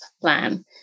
Plan